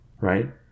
right